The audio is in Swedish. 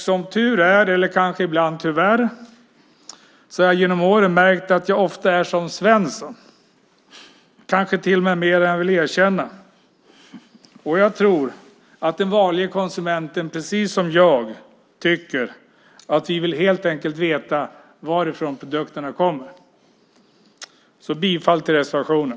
Som tur är, eller kanske ibland tyvärr, har jag genom åren märkt att jag ofta är som Svensson, kanske till och med mer än vad jag vill erkänna. Jag tror att den vanlige konsumenten, precis som jag, helt enkelt vill veta varifrån produkterna kommer. Jag yrkar bifall till reservationen.